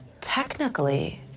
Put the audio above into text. Technically